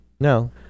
No